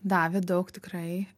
davė daug tikrai